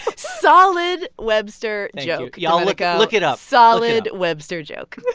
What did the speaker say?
solid webster joke y'all, look ah look it up solid webster joke